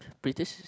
British